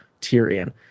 Tyrion